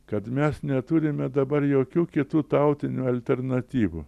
kad mes neturime dabar jokių kitų tautinių alternatyvų